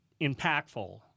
impactful